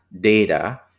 data